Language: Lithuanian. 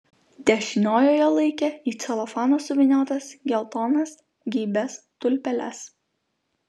dešiniojoje laikė į celofaną suvyniotas geltonas geibias tulpeles